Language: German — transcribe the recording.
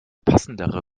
passendere